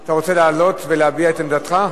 אתה רוצה לעלות ולהביע את עמדתך?